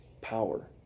power